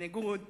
בניגוד